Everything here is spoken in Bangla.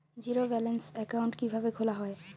জিরো ব্যালেন্স একাউন্ট কিভাবে খোলা হয়?